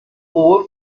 hohe